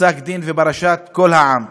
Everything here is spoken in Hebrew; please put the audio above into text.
פסק-דין בפרשת "קול העם",